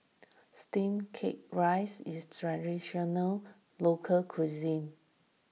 Steamed Rice Cake is a Traditional Local Cuisine